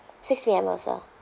six P_M also